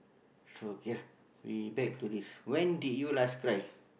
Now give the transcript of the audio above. so ya we back to this when did you last cry